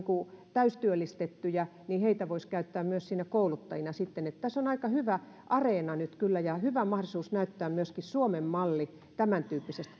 täystyöllistettyjä joten heitä voisi käyttää siinä kouluttajina myös sitten tässä on aika hyvä areena nyt kyllä ja hyvä mahdollisuus näyttää myöskin suomen malli tämäntyyppisestä